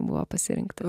buvo pasirinktas